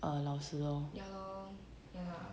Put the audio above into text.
eh 老师 lor